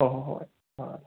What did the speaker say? ꯑ ꯍꯣꯏ ꯍꯣꯏ